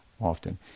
often